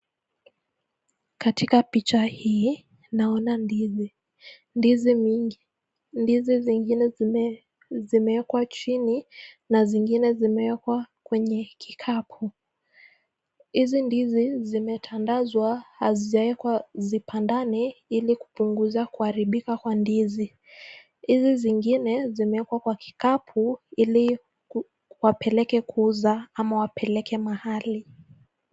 Katika picha hii naona ndizi mingi, ndizi zingine zimewekwa chini na zingine zimewekwa kwenye kikapu, hizi ndizi zimetandazwa hazijawekwa zipandane ilikupunguza kuharibika kwa ndizi, hizi zingine zimewekwa kwa kikapu iliwapeleke kuuza ama wapeleke mahali.